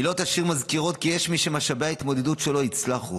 מילות השיר מזכירות לנו כי יש מי שמשאבי ההתמודדות שלו יצלחו,